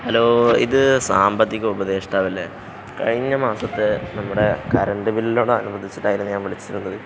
hello ഇത് സാമ്പത്തിക ഉപദേഷ്ടാവല്ലേ കഴിഞ്ഞ മാസത്തെ നമ്മുടെ കറണ്ട് ബില്ലിലോട് അനുബന്ധിച്ചിട്ടായിരുന്നു ഞാൻ വിളിച്ചിരുന്നത്